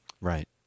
Right